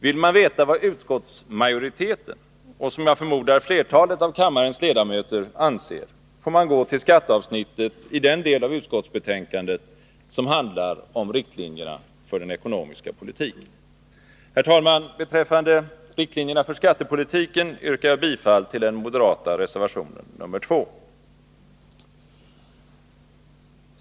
Vill man veta vad utskottsmajoriteten — och som jag förmodar flertalet av kammarens ledamöter — anser, får man gå till skatteavsnittet i den del av utskottsbetänkandet som handlar om riktlinjerna för den ekonomiska politiken. Herr talman! Vad beträffar riktlinjerna för skattepolitiken yrkar jag bifall till den moderata reservationen nr 2.